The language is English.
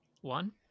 one